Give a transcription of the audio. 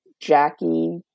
Jackie